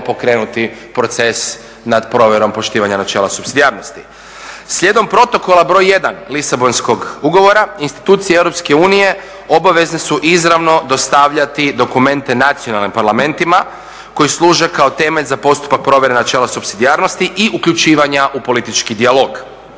pokrenuti proces nad provjerom poštivanja načela supsidijarnosti. Slijedom protokola broj 1 Lisabonskog ugovora, institucije EU obavezne su izravno dostavljati dokumente nacionalnim parlamentima koji služe kao temelj za postupak provjere načela supsidijarnosti i uključivanja u politički dijalog.